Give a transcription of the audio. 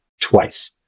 twice